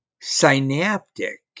synaptic